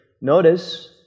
notice